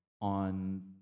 on